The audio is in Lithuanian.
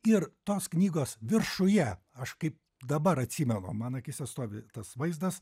ir tos knygos viršuje aš kaip dabar atsimenu man akyse stovi tas vaizdas